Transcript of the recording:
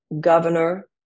governor